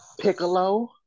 Piccolo